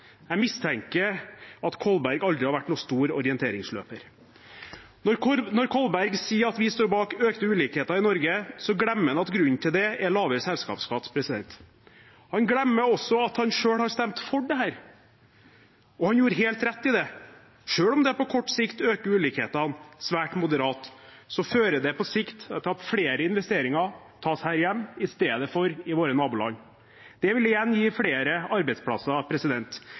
Jeg mistenker at Kolberg aldri har vært noen stor orienteringsløper. Når Kolberg sier at vi står bak økte ulikheter i Norge, glemmer han at grunnen til det er lavere selskapsskatt. Han glemmer også at han selv har stemt for dette, og han gjorde helt rett i det. Selv om det på kort sikt øker ulikhetene svært moderat, fører det på sikt til at flere investeringer tas her hjemme i stedet for i våre naboland. Det vil igjen gi flere arbeidsplasser.